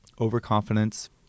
overconfidence